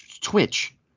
twitch